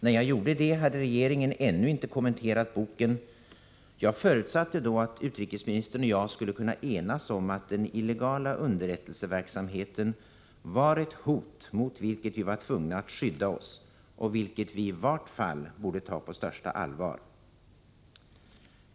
När jag gjorde det hade regeringen ännu inte kommenterat boken, och jag förutsatte att utrikesministern och jag skulle kunna enas om att den illegala underrättelseverksamheten var ett hot mot vilket vi var tvungna att skydda oss och vilket vi i vart fall borde ta på största allvar.